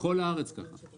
בכל הארץ זה כך.